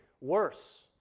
worse